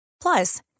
Plus